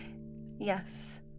Yes